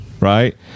right